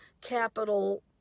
capital